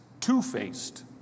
two-faced